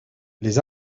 les